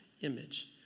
image